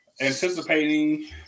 anticipating